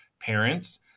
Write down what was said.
parents